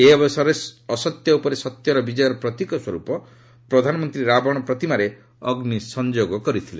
ଏହି ଅବସରରେ ଅସତ୍ୟ ଉପରେ ସତ୍ୟର ବିଜୟର ପ୍ରତୀକ ସ୍ୱରୂପ ପ୍ରଧାନମନ୍ତ୍ରୀ ରାବଣ ପ୍ରତିମାରେ ଅଗ୍ନିସଂଯୋଗ କରିଥିଲେ